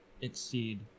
exceed